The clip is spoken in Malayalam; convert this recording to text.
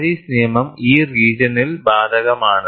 പാരീസ് നിയമം ഈ റീജിയനിൽ ബാധകമാണ്